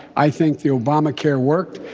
i think the obamacare worked.